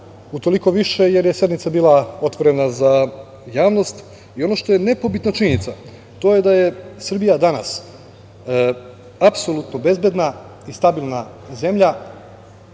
utoliko više jer je sednica bila otvorena za javnost. Ono što je nepobitna činjenica to je da je Srbija danas apsolutno bezbedna i stabilna zemlja,